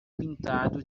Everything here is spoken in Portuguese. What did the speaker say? pintado